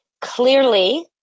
Clearly